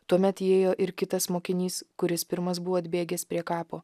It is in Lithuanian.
tuomet įėjo ir kitas mokinys kuris pirmas buvo atbėgęs prie kapo